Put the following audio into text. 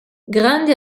grandi